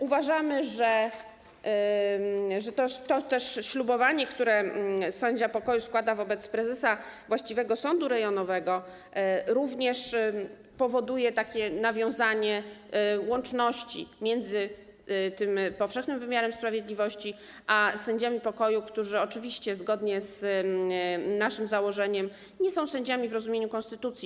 Uważamy, że ślubowanie, które sędzia pokoju składa wobec prezesa właściwego sądu rejonowego, również powoduje takie nawiązanie łączności między powszechnym wymiarem sprawiedliwości a sędziami pokoju - którzy oczywiście zgodnie z naszym założeniem nie są sędziami w rozumieniu konstytucji.